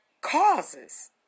causes